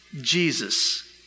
Jesus